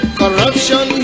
corruption